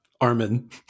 Armin